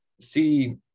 See